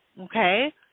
okay